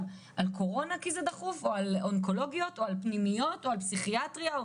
על קורונה או על אונקולוגיות או על פנימיות או על פסיכיאטריה.